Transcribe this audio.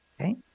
Okay